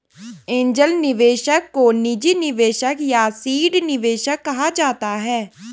angel निवेशक को निजी निवेशक या सीड निवेशक कहा जाता है